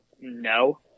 no